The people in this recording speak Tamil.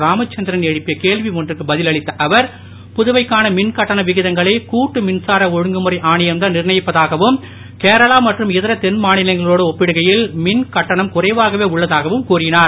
ராமச்சந்திரன் எழுப்பிய கேள்வி ஒன்றுக்கு பதில் அளித்த அவர் புதுவைக்கான மின் கட்டண விகிதங்களை கூட்டு மின்சார அழுங்குமுறை ஆணையம் தான் நிர்ணயிப்பதாகவும் கேரளா மற்றும் இதர தென் மாநிலங்களோடு ஒப்பிடுகையில் மின் கட்டணம் குறைவாகவே உள்ளதாகவும் கூறினார்